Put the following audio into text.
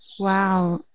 Wow